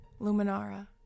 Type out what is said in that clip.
Luminara